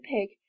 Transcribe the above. pig